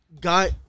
got